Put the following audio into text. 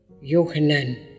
Yohanan